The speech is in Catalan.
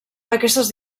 aquestes